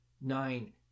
nine